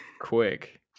quick